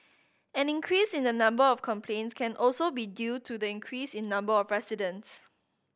an increase in the number of complaints can also be due to the increase in number of residents